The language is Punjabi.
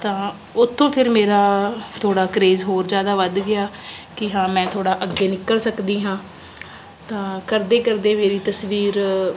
ਤਾਂ ਉਥੋਂ ਫਿਰ ਮੇਰਾ ਥੋੜ੍ਹਾ ਕਰੇਜ਼ ਹੋਰ ਜ਼ਿਆਦਾ ਵੱਧ ਗਿਆ ਕੀ ਹਾਂ ਮੈਂ ਥੋੜ੍ਹਾ ਅੱਗੇ ਨਿਕਲ ਸਕਦੀ ਹਾਂ ਤਾਂ ਕਰਦੇ ਕਰਦੇ ਮੇਰੀ ਤਸਵੀਰ